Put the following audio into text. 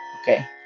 Okay